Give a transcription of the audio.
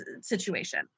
situation